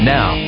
Now